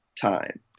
time